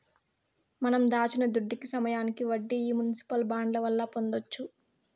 మనం దాచిన దుడ్డుకి సమయానికి వడ్డీ ఈ మునిసిపల్ బాండ్ల వల్ల పొందొచ్చు